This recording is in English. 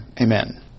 Amen